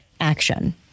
action